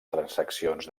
transaccions